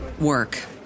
work